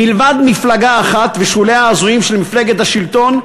מלבד מפלגה אחת ושוליה ההזויים של מפלגת השלטון,